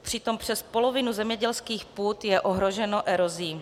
Přitom přes polovinu zemědělských půd je ohroženo erozí.